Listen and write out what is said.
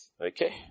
okay